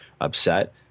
upset